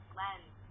lens